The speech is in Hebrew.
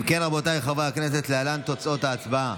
אם כן, רבותיי חברי הכנסת, להלן תוצאות ההצבעה: